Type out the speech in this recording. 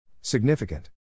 Significant